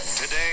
Today